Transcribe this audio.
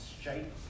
shape